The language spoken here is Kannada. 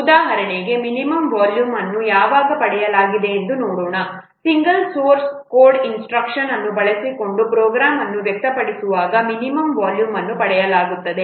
ಉದಾಹರಣೆಗೆ ಮಿನಿಮಂ ವಾಲ್ಯೂಮ್ ಅನ್ನು ಯಾವಾಗ ಪಡೆಯಲಾಗಿದೆ ಎಂದು ನೋಡೋಣ ಸಿಂಗಲ್ ಸೋರ್ಸ್ ಕೋಡ್ ಇನ್ಸ್ಟ್ರಕ್ಷನ್ ಅನ್ನು ಬಳಸಿಕೊಂಡು ಪ್ರೋಗ್ರಾಂ ಅನ್ನು ವ್ಯಕ್ತಪಡಿಸಿದಾಗ ಮಿನಿಮಂ ವಾಲ್ಯೂಮ್ ಅನ್ನು ಪಡೆಯಲಾಗುತ್ತದೆ